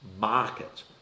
market